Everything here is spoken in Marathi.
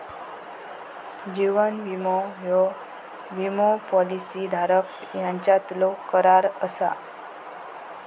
जीवन विमो ह्यो विमो पॉलिसी धारक यांच्यातलो करार असा